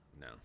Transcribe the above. No